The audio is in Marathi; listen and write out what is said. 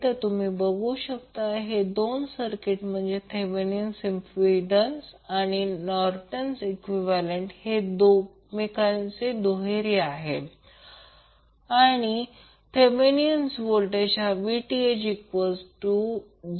तर तुम्ही बघू शकता हे दोन सर्किट म्हणजेच थेवेनीण इम्पिडंस आणि नॉर्टन इक्विवैलेन्ट हे एकमेकांचे दुहेरी आहेत आणि थेवेनीण व्होल्टेज हा VThZNIN